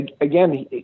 Again